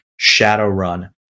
Shadowrun